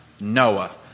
Noah